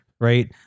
Right